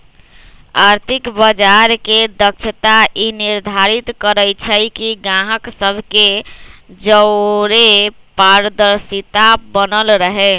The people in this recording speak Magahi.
आर्थिक बजार के दक्षता ई निर्धारित करइ छइ कि गाहक सभ के जओरे पारदर्शिता बनल रहे